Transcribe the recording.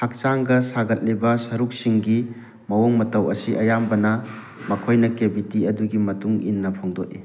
ꯍꯛꯆꯥꯡꯒ ꯁꯥꯒꯠꯂꯤꯕ ꯁꯔꯨꯛꯁꯤꯡꯒꯤ ꯃꯑꯣꯡ ꯃꯇꯧ ꯑꯁꯤ ꯑꯌꯥꯝꯕꯅ ꯃꯈꯣꯏꯅ ꯀꯦꯕꯤꯇꯤ ꯑꯗꯨꯒꯤ ꯃꯇꯨꯡ ꯏꯟꯅ ꯐꯣꯡꯗꯣꯛꯏ